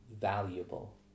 valuable